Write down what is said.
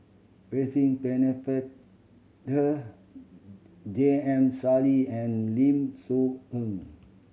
Percy Pennefather J M Sali and Lim Soo Ngee